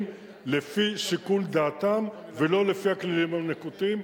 לפי שיקול דעתם ולא לפי הכללים הנקוטים,